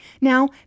Now